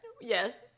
Yes